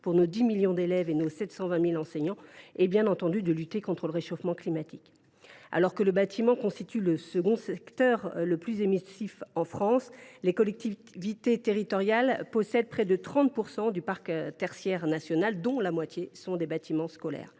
pour nos 10 millions d’élèves et nos 720 000 enseignants, et bien entendu de lutter contre le réchauffement climatique. Alors que le bâtiment représente le deuxième secteur le plus émissif en France, les collectivités territoriales possèdent près de 30 % du parc tertiaire national, dont la moitié est constituée par les bâtiments scolaires.